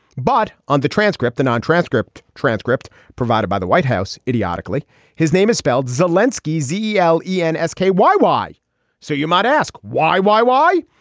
but on the transcript and on transcript transcript provided by the white house idiotically his name is spelled zelinsky ze ali ah yeah and s k. why why so you might ask why why why.